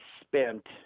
spent